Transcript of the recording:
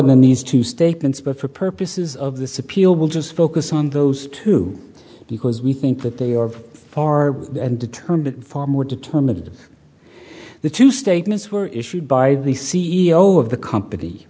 than these two statements but for purposes of this appeal will just focus on those two because we think that they are far and determine far more determinative the two statements were issued by the c e o of the company